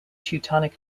teutonic